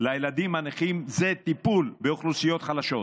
לילדים הנכים, זה טיפול באוכלוסיות חלשות,